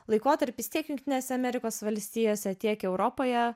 laikotarpis tiek jungtinėse amerikos valstijose tiek europoje